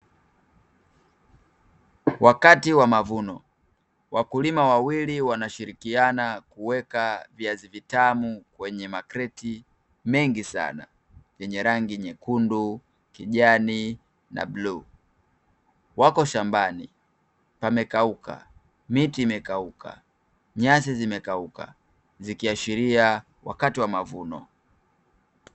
wakati wa mavuno, wakulima wawili wanashirikiana kuweka viazi vitamu kwenye marketi mengi sana, yenye rangi nyekundu, kijani na bluu, wako shambani pamekauka, miti imekauka, nyasi zimekauka zikiashiria wakati wa mavuno.